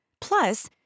Plus